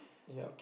yeap